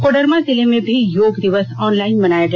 कोडरमा जिले में भी योग दिवस ऑनलाइन मनाया गया